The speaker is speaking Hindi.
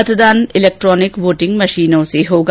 मतदान इलेक्ट्रॉनिक वोटिंग मशीनों से होगा